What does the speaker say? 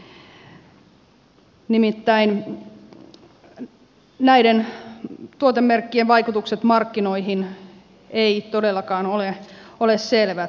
nimittäin näiden tuotemerkkien vaikutukset markkinoihin eivät todellakaan ole selvät